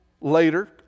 later